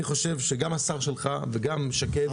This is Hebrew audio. אני חושב שגם השר שלך וגם שקד,